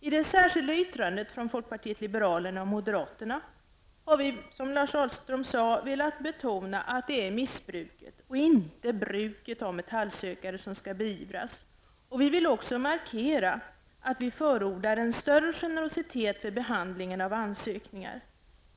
I det särskilda yttrandet från folkpartiet liberalerna och moderaterna har vi velat betona att det är missbruket och inte bruket av metallsökare som skall beivras. Vi vill också markera att vi förordar större generositet vid behandling av ansökningar.